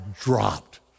dropped